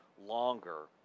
longer